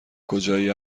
کجایی